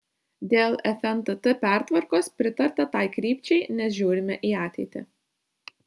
dėl fntt pertvarkos pritarta tai krypčiai nes žiūrime į ateitį